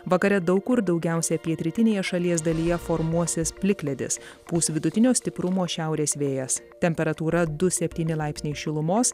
vakare daug kur daugiausia pietrytinėje šalies dalyje formuosis plikledis pūs vidutinio stiprumo šiaurės vėjas temperatūra du septyni laipsniai šilumos